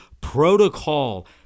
protocol